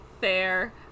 fair